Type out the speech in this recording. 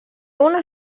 una